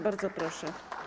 Bardzo proszę.